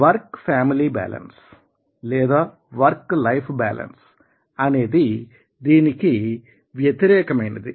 work family balance లేదా work life balance అనేది దీనికి వ్యతిరేకమైనది